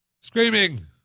screaming